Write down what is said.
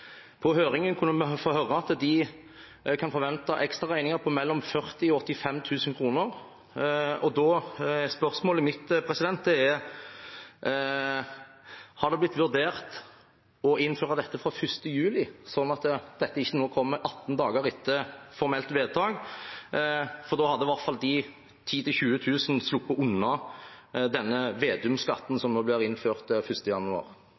på leveranse utpå nyåret. På høringen kunne vi høre at de kan forvente ekstraregninger på mellom 40 000 og 85 000 kr. Da er spørsmålet mitt: Har det blitt vurdert å innføre dette fra 1. juli, sånn at dette ikke nå kommer 18 dager etter formelt vedtak? Da hadde i hvert fall de 10 000–20 000 sluppet unna denne «Vedum-skatten», som nå blir innført 1. januar.